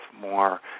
more